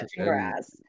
grass